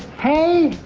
hey?